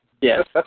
Yes